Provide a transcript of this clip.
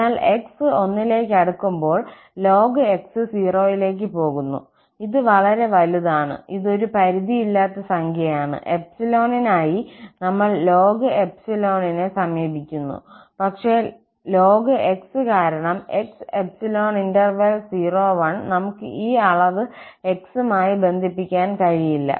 അതിനാൽ x 1 ലേക്ക് അടുക്കുമ്പോൾ ln x 0 ലേക്ക് പോകുന്നു ഇത് വളരെ വലുത് ആണ് ഇത് ഒരു പരിധിയില്ലാത്ത സംഖ്യയാണ് 𝜖 നായി നമ്മൾ ln യെ സമീപിക്കുന്നു പക്ഷേ ln 𝑥 കാരണം 𝑥 ∈ 01 നമുക്ക് ഈ അളവ് x ഉം ആയി ബന്ധിപ്പിക്കാൻ കഴിയില്ല